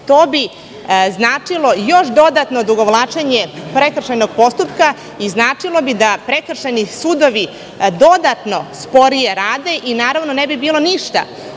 To bi značilo još dodatno odugovlačenje prekršajnog postupka i značilo bi da prekršajni sudovi sporije rade i ne bi bilo ništa